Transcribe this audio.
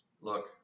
Look